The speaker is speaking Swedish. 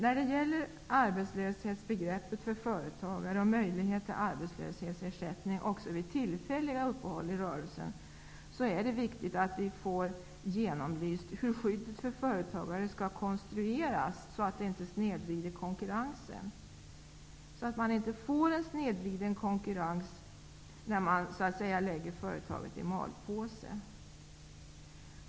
När det gäller arbetslöshetsbegreppet för företagare och möjlighet till arbetslöshetsersättning också vid tillfälliga uppehåll i rörelsen är det viktigt att vi får genomlyst hur skyddet för företagare skall konstrueras, så att det inte blir en snedvriden konkurrens när man så att säga ''lägger företaget i malpåse''.